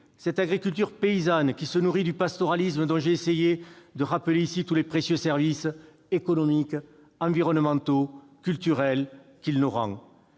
cette agriculture paysanne qui se nourrit du pastoralisme dont j'ai essayé de rappeler tous les précieux services économiques, environnementaux et culturels qu'il nous rend.